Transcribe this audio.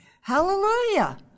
Hallelujah